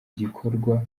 gikorwa